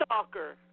Stalker